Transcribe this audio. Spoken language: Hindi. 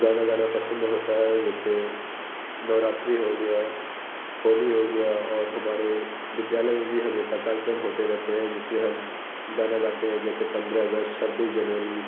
गाना गाना पसंद होता है जैसे नवरात्रि हो गया होली हो गया और हमारे विद्यालय में भी हमेशा कार्यक्रम होते रहते हैं जिसमें हम गाना गाते हैं जैसे पन्द्रह अगस्त छब्बीस जनवरी